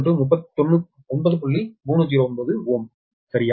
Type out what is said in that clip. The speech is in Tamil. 309Ω சரியா